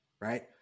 right